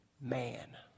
Man